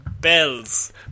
Bells